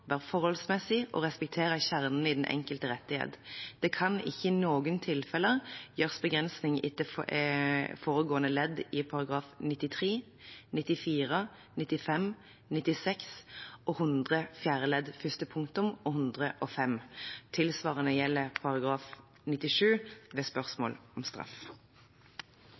være forholdsmessig og respektere kjernen i den enkelte rettighet. Det kan ikke i noe tilfelle gjøres begrensninger etter foregående ledd i §§ 93, 94, 95, 96, 100 fjerde ledd første punktum og 105. Tilvarende gjelder § 97 ved spørsmål om straff.»